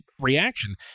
reaction